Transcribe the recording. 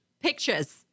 pictures